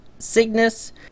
Cygnus